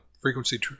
frequency